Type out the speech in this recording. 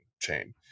chain